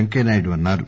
పెంకయ్యనాయుడు అన్నారు